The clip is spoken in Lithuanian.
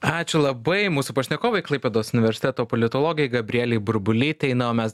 ačiū labai mūsų pašnekovei klaipėdos universiteto politologei gabrielei burbulytei na o mes